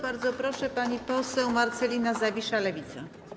Bardzo proszę, pani poseł Marcelina Zawisza, Lewica.